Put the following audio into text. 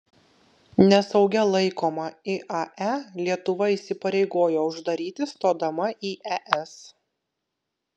nesaugia laikomą iae lietuva įsipareigojo uždaryti stodama į es